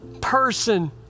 person